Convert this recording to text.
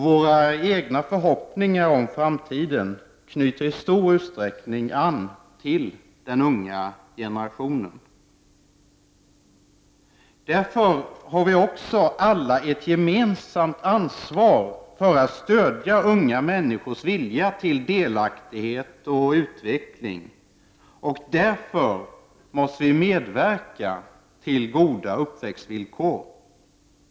Våra egna förhoppningar om framtiden knyter i stor utsträckning an till den unga generationen. Vi har därför alla ett gemensamt ansvar för att stödja unga människors vilja till delaktighet och utveckling. Vi måste därför medverka till goda uppväxtvillkor.